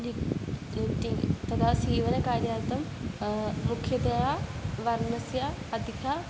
नि निट्टिङ्ग् तदा सीवनकार्यार्थं मुख्यतया वर्णस्य अधिकम्